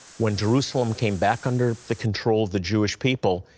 when jerusalem came back under the control of the jewish people,